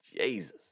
Jesus